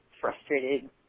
frustrated